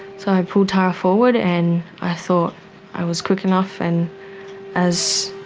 so i pulled tara forward, and i thought i was quick enough. and as